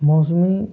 मौसमी